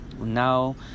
now